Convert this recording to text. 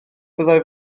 byddai